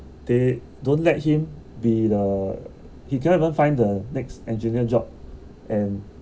they don't let him be the he can't even find the next engineer job and